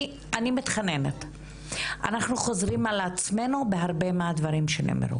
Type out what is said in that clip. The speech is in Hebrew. אני בהחלט מצטרפת בשתי עיניים לדברים ולקריאה,